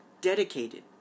dedicated